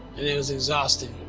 it was exhausting.